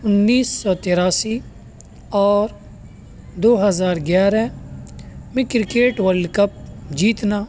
انیس سو تیراسی اور دو ہزار گیارہ میں کرکٹ ورلڈ کپ جیتنا